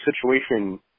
situation